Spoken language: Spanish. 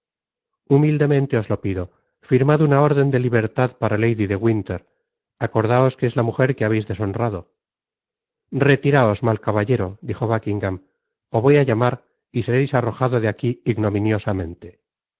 humildemente os lo pido firmad una órden de libertad para lady de winler acordaos que es la mujer que habéis deshonrado retiraos mal caballero dijo buckingam ó voy á llamar y sereis arrojado de aquí ignominiosamente